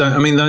i mean,